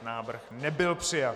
Návrh nebyl přijat.